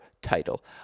title